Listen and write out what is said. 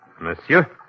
Monsieur